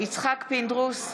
יצחק פינדרוס,